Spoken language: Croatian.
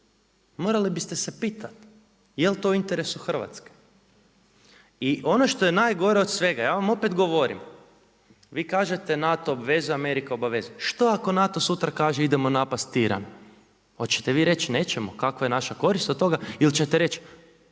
morali biste se pitati jel to u interesu Hrvatske. I ono što je najgore od svega, ja vam opet govorim, vi kažete NATO obvezuje, Amerika obvezuje, što ako NATO sutra kaže idemo napast Iran? Hoće vi reći nećemo, kakva je naša korist od toga ili ćete reći